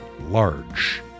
large